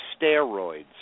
steroids